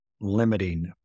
limiting